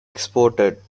exported